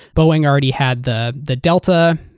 boeing already had the the delta.